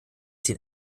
den